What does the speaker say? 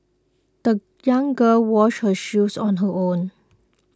the young girl washed her shoes on her own